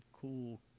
cool